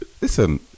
listen